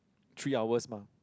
three hours mah